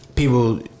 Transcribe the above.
People